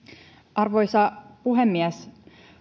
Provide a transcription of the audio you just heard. arvoisa puhemies